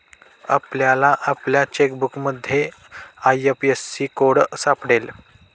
आपल्याला आपल्या चेकबुकमध्ये आय.एफ.एस.सी कोड सापडेल